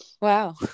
wow